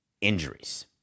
injuries